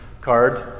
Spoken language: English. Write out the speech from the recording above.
card